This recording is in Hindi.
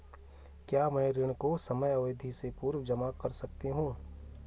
क्या मैं ऋण को समयावधि से पूर्व जमा कर सकती हूँ?